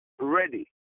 ready